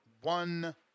one